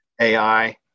AI